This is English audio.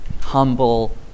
humble